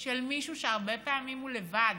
של מישהו שהרבה פעמים הוא לבד,